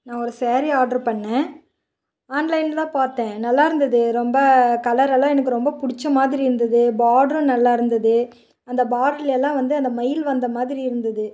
நான் ஒரு ஸேரீ ஆர்ட்ரு பண்ணிணேன் ஆன்லைனில் தான் பார்த்தேன் நல்லாயிருந்துது ரொம்ப கலரெல்லாம் எனக்கு ரொம்ப பிடிச்ச மாதிரி இருந்தது பாட்ரும் நல்லா இருந்தது அந்த பாட்ருலெல்லாம் வந்து அந்த மயில் வந்த மாதிரி இருந்தது